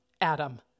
Adam